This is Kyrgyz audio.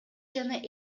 жана